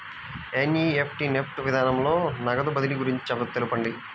NEFT NEFT విధానంలో నగదు బదిలీ గురించి తెలుపండి?